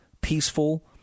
peaceful